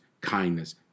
kindness